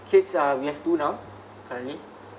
kids ah we have two now currently